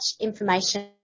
information